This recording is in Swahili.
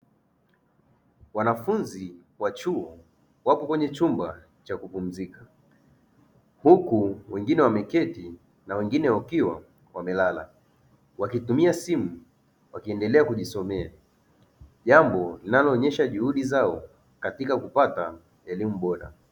Wanafunzi wa chuo wapo kwenye chumba cha kupumzika, huku wengine wameketi na wengine wakiwa wamelala wakitumia simu wakiendelea kujisomea jambo linaloonyesha juhudi zao katika kupata elimu bora.